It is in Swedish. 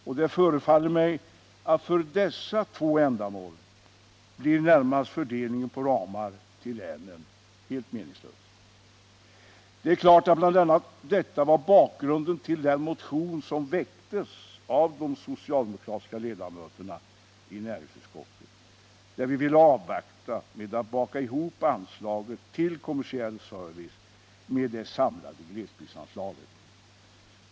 Jag anser att för dessa två ändamål blir fördelningen på ramar till länen närmast helt meningslös. Det är klart att bl.a. detta var bakgrunden till den motion som väcktes av de socialdemokratiska ledamöterna i näringsutskottet om att avvakta med att baka ihop anslaget till kommersiell service med det samlade glesbygdsanslaget.